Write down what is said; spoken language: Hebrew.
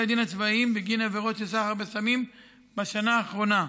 הדין הצבאיים בגין עבירות של סחר בסמים בשנה האחרונה,